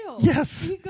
Yes